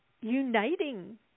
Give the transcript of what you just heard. uniting